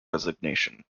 resignation